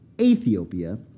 Ethiopia